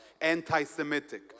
anti-semitic